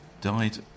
died